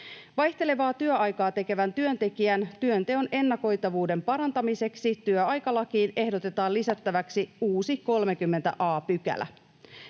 Vaihtelevaa työaikaa tekevän työntekijän työnteon ennakoitavuuden parantamiseksi työaikalakiin ehdotetaan lisättäväksi uusi 30 a §.